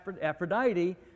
Aphrodite